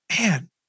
man